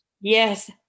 Yes